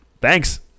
thanks